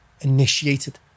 initiated